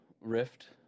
rift